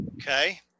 Okay